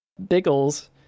Biggles